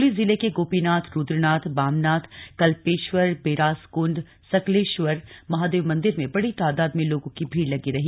चमोली जिले के गोपीनाथ रुद्रनाथ बामनाथ कल्पेशवर बेरासकुंड सकलेश्वर महादेव मंदिर में बड़ी तादाद में लोगों की भीड़ लगी रही